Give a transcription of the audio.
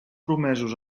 promesos